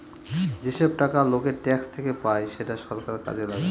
যেসব টাকা লোকের ট্যাক্স থেকে পায় সেটা সরকার কাজে লাগায়